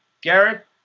Garrett